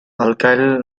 alkyl